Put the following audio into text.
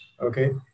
okay